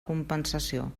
compensació